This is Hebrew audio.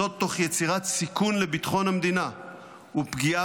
זאת תוך יצירת סיכון לביטחון המדינה ופגיעה